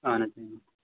اہن حظ